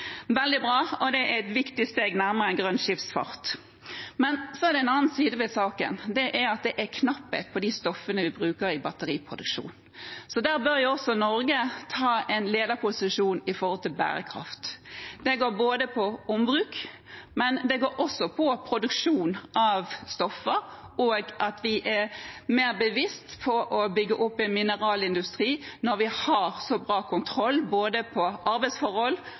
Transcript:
veldig bra, og det er et viktig steg nærmere grønn skipsfart. Så er det en annen side ved saken, og det er at det er knapphet på de stoffene vi bruker i batteriproduksjonen. Der bør også Norge ta en lederposisjon, knyttet til bærekraft. Det går både på ombruk og på produksjon av stoffer, men det går også på at vi er mer bevisste på å bygge opp en mineralindustri når vi har så bra kontroll både på arbeidsforhold